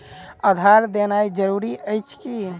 आधार देनाय जरूरी अछि की?